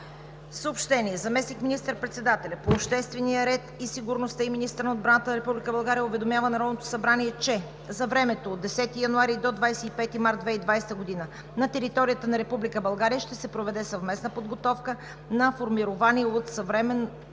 въпроси. Заместник министър-председателят по обществения ред и сигурността и министър на отбраната на Република България уведомява Народното събрание, че: 1. За времето от 10 февруари до 25 март 2020 г. на територията на Република България ще се проведе съвместна подготовка на формирования от Съвместното